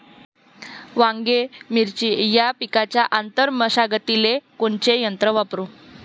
वांगे, मिरची या पिकाच्या आंतर मशागतीले कोनचे यंत्र वापरू?